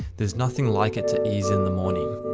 there's nothing like it to ease in the morning.